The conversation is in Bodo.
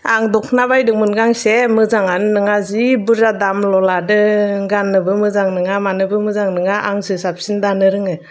आं दख'ना बायदोंमोन गांसे मोजांआनो नोङा जि बुरजा दामल' लादों गाननोबो मोजां नोङा मानोबो मोजां नोङा आंसो साबसिन दानो रोङो